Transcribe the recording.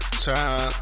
time